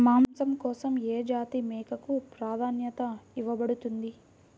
మాంసం కోసం ఏ జాతి మేకకు ప్రాధాన్యత ఇవ్వబడుతుంది?